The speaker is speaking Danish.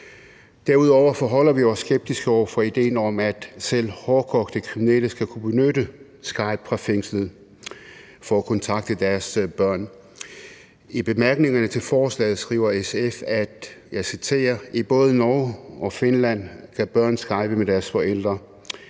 Derudover forholder vi os skeptiske over for ideen om, at selv hårdkogte kriminelle skal kunne benytte Skype fra fængslet for at kontakte deres børn. I bemærkningerne til forslaget skriver SF: »I både Norge og Finland kan børn skype med deres forældre.